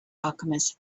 alchemist